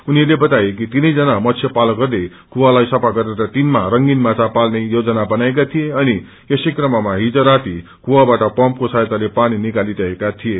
उनीहरूले बताए कि तीनैजना मत्स्य पालकहरूले कुवालाई सफ्रा गरेर तिनमा रंगीन माछा पाल्ने योजना बनाएका थिए अनि यसै क्रममा हिज राति कुवाबाट पम्पको सहायताले पानी निकालिरहेको थिए